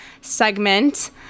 segment